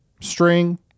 string